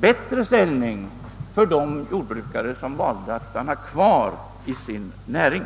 bättre ställning för de jordbrukare som valde att stanna kvar i sin näring.